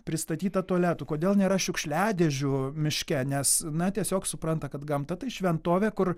pristatyta tualetų kodėl nėra šiukšliadėžių miške nes na tiesiog supranta kad gamta tai šventovė kur